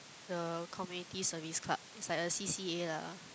the Community Service club is like a C_C_A lah